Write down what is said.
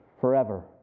forever